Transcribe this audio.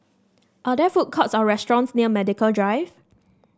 are there food courts or restaurants near Medical Drive